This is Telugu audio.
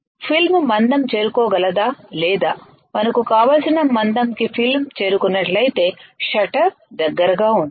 ఫిల్మ్ మందం చేరుకోగలదా లేదా మనకు కావలసిన మందంకి ఫిల్మ్ చేరుకున్నట్లయితే షట్టర్ దగ్గరగా ఉంటుంది